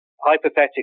hypothetically